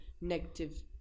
negative